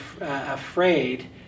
afraid